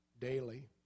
daily